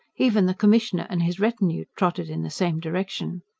even the commissioner and his retinue trotted in the same direction.